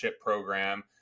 program